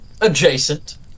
adjacent